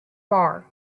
bar